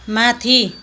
माथि